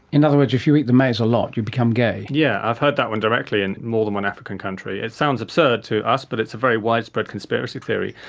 in other words, if you eat the maize a lot you become gay? yes, yeah i've heard that one directly in more than one african country. it sounds absurd to us but it's a very widespread conspiracy theory.